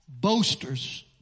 boasters